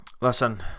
listen